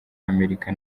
amerika